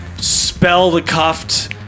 spell-the-cuffed